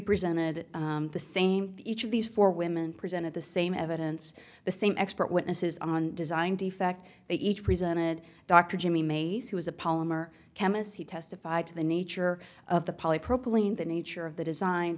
presented the same each of these four women presented the same evidence the same expert witnesses on design defect they each presented dr jimmy mays who was a polymer chemists who testified to the nature of the polypropylene the nature of the design